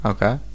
Okay